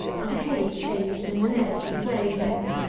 and the hay changed in the nests of laying-hens